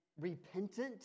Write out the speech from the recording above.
repentant